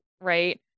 right